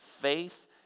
faith